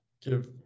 give